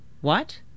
What